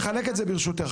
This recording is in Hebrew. נחלק את זה ברשותך,